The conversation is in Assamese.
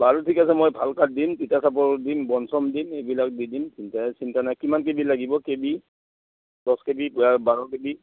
বাৰু ঠিক আছে মই ভাল কাঠ দিম তিতা চপা দিম বনচুম দিম এইবিলাক দি দিম চিন্তা নাই কিমান কেবি লাগিব কেবি দছ কেবি বাৰ কেবি